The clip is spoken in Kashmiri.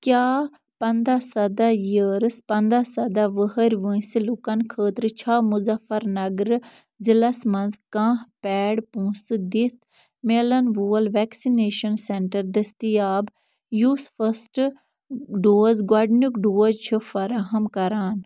کیٛاہ پنٛداہ سَدہ یِیٲرٕس پنٛداہ سَدہ وُہٕرۍ وٲنٛسہِ لوٗکن خٲطرٕ چھا مُظفرنَگرٕ ضِلعس مَنٛز کانٛہہ پیڈ پونٛسہٕ دِتھ میلان وول ویٚکسِنیشن سیٚنٹر دٔستِیاب یُس فٔرسٹہٕ ڈوز گۄڈٕنیٛک ڈوز چھُ فراہم کران